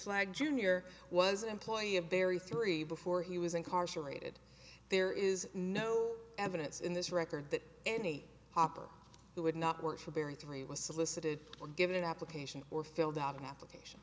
jr was an employee of barry three before he was incarcerated there is no evidence in this record that any hopper who would not work for barry three was solicited or given an application or filled out an application